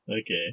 Okay